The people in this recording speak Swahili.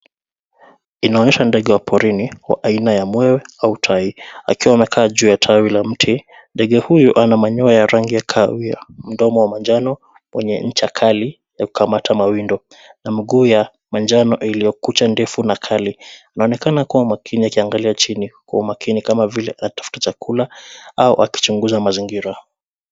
Inaonyesha ndege wa porini wa aina ya mwewe au tai, akiwa amekaa juu ya tawi la mti. Ndege huyu ana manyoya ya rangi ya kahawia, mdomo wa manjano wenye ncha kali ya kukamata mawindo na miguu ya manjano iliyo kucha ndefu na kali. Anaonekana kuwa makini, akiangalia chini kwa umakini kama vile anatafuta chakula au akichunguza mazingira.